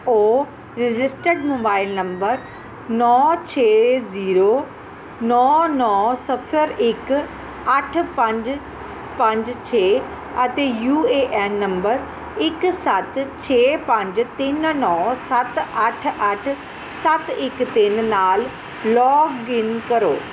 ਓ registered mobile number ਨੌਂ ਛੇ zero ਨੌਂ ਨੌਂ ਸਿਫ਼ਰ ਅੱਠ ਪੰਜ ਪੰਜ ਛੇ ਅਤੇ ਯੂ ਏ ਐੱਨ ਨੰਬਰ ਇੱਕ ਸੱਤ ਛੇ ਪੰਜ ਤਿੰਨ ਨੌਂ ਸੱਤ ਅੱਠ ਸੱਤ ਇੱਕ ਤਿੰਨ ਨਾਲ ਲੋਗਿਨ ਕਰੋ